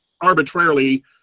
arbitrarily